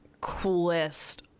coolest